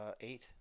Eight